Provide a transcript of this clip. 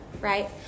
right